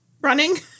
running